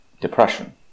depression